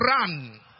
run